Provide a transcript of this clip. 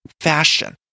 fashion